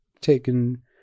taken